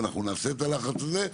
ואנחנו נעשה את הלחץ הזה.